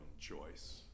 choice